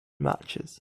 matches